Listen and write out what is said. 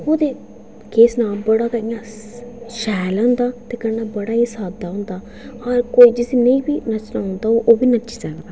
ओह्दे केह् सनांऽ बड़ा गै इं'या शैल होंदा कन्नै गै साद्दा होंदा ते कन्नै जिसी नेईं बी नच्चना औंदा होऐ ओह्बी नच्ची सकदा